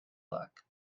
luck